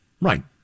Right